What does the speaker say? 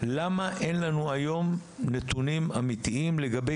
למה אין לנו היום נתונים אמיתיים לגבי